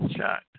shot